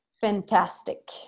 Fantastic